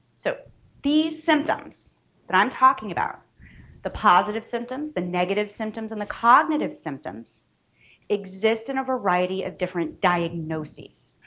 so these symptoms that i'm talking about the positive symptoms, the negative symptoms, and the cognitive symptoms exist in a variety of different diagnoses